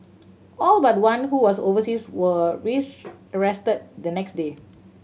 all but one who was overseas were rearrested the next day